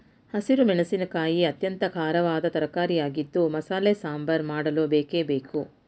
ಹಸಿರು ಮೆಣಸಿನಕಾಯಿ ಅತ್ಯಂತ ಖಾರವಾದ ತರಕಾರಿಯಾಗಿದ್ದು ಮಸಾಲೆ ಸಾಂಬಾರ್ ಮಾಡಲು ಬೇಕೇ ಬೇಕು